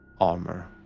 armor